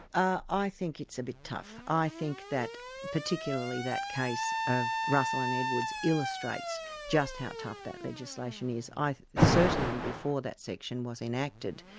i think it's a bit tough. i think that particularly that case of russell and edwards illustrates just how tough that legislation is. certainly before that section was enacted,